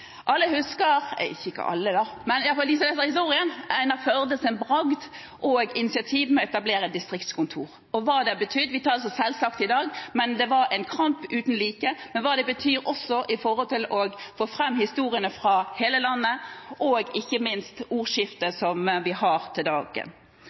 Alle husker – kanskje ikke alle, men i alle fall de som leser historie – Einar Førdes bragd og initiativ med å etablere distriktskontorer, og hva det har betydd og betyr – vi tar det som en selvfølge i dag, men det var en kamp uten like – for å få fram historier fra hele landet, og ikke minst